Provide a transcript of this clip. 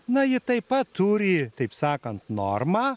na ji taip pat turi taip sakant normą